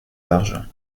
l’argent